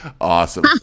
Awesome